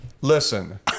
Listen